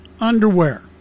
underwear